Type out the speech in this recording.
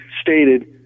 stated